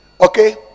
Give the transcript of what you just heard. okay